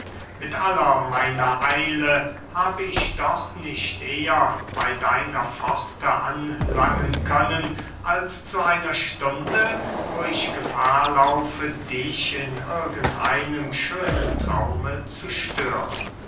mit aller meiner eile habe ich doch nicht eher bey deiner pforte anlanden können als zu einer stunde wo ich gefahr laufe dich in irgend einem schönen traume zu stören